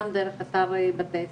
גם דרך אתר בתי ספר.